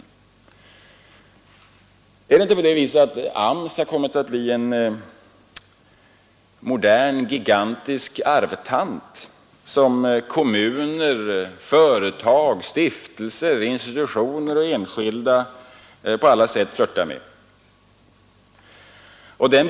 AMS t konkurrerar ut andra om arbetskraften, får vi en har blivit en modern, gigantisk arvtant, som kommuner, företag, stiftelser, institutioner och enskilda flörtar med.